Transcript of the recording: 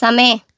समय